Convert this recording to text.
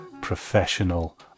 professional